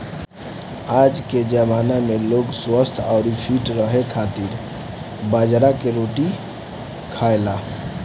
आजके जमाना में लोग स्वस्थ्य अउरी फिट रहे खातिर बाजरा कअ रोटी खाएला